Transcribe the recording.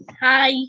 Hi